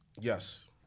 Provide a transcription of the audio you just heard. Yes